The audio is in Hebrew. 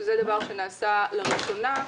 שזה דבר שנעשה לראשונה.